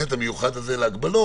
אני לא יכולה להגיד.